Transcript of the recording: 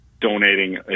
donating